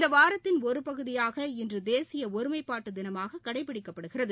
இந்தவாரத்தின் ஒருபகுதியாக இன்றுதேசியஒருமைப்பாட்டுதினமாகக் கடைபிடிக்கப்படுகிறது